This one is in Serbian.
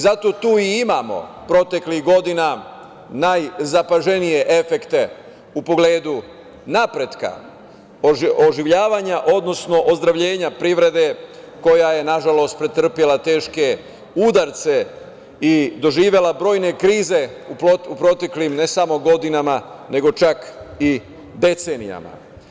Zato tu i imamo proteklih godina najzapaženije efekte u pogledu napretka, oživljavanja, odnosno ozdravljenja privrede koja je nažalost pretrpela teške udare i doživela brojne krize u proteklim, ne samo godinama, nego čak i decenijama.